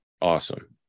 Awesome